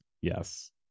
yes